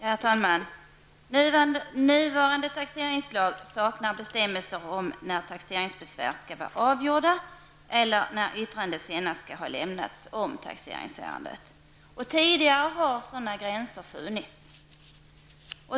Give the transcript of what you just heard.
Herr talman! Nuvarande taxeringslag saknar bestämmelser om när taxeringsbesvär skall vara avgjorda eller när yttrande senast skall ha lämnats om taxeringsärendet. Tidigare har sådana gränser funnits.